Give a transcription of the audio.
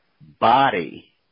body